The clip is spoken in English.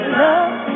love